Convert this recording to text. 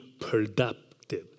productive